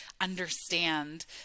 understand